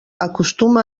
acostuma